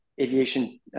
aviation